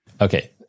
Okay